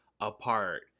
apart